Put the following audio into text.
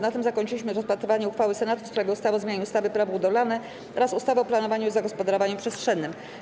Na tym zakończyliśmy rozpatrywanie uchwały Senatu w sprawie ustawy o zmianie ustawy - Prawo budowlane oraz ustawy o planowaniu i zagospodarowaniu przestrzennym.